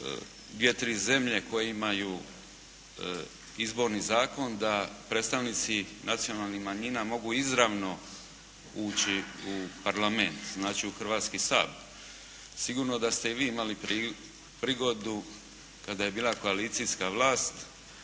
dvije, tri zemlje koje imaju izborni zakon da predstavnici nacionalnih manjina mogu izravno ući u parlament, znači u Hrvatski sabor. Sigurno da ste i vi imali prigodu kada je bila koalicijska vlast